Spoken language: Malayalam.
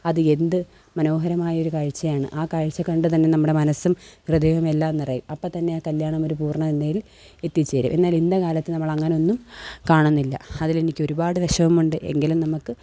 അത് എന്ത് മനോഹരമായൊരു കാഴ്ചയാണ് ആ കാഴ്ച കണ്ട് തന്നെ നമ്മുടെ മനസ്സും ഹൃദയവുമെല്ലാം നിറയും അപ്പത്തന്നെ കല്യാണം ഒരു പൂർണ്ണം എന്നതിൽ എത്തിച്ചേരും എന്നാൽ ഇന്നത്തെ കാലത്ത് നമ്മളങ്ങനൊന്നും കാണുന്നില്ല അതിലെനിക്കൊരുപാട് വിഷമമുണ്ട് എങ്കിലും നമുക്ക്